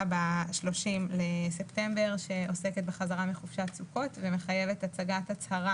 ב-30 בספטמבר שעוסקת בחזרה מחופשת סוכות ומחייבת הצגת הצהרה